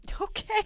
Okay